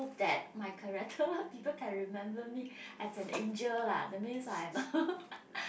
that my character people can remember me as an angel lah that means I am a